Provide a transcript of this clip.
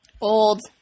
Old